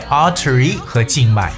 artery和静脉